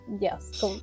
yes